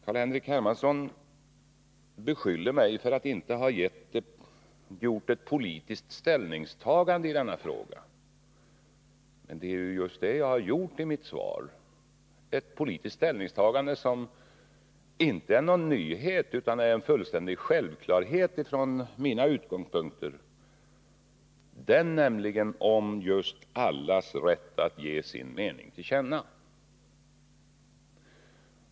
Carl-Henrik Hermansson beskyller mig för att inte ha gjort ett politiskt ställningstagande i denna fråga, men det är ju just det jag har gjort i mitt svar. Jag har gjort ett politiskt ställningstagande som inte är någon nyhet utan en fullständig självklarhet utifrån mina utgångspunkter, nämligen just detta att alla skall ha rätt att ge sin mening till känna.